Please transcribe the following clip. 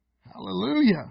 Hallelujah